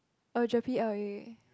oh GERPE L_A